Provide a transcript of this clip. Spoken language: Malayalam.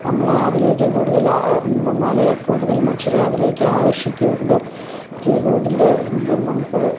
നമ്മളെ അതിലേക്കു കൂടുതൽ ആ ആ വന്നാലെ കൂടുതലും മനുഷ്യരെ അതിലേക്ക് ആകർഷിക്കുകയുള്ളു കീബോഡിലെ നമുക്ക്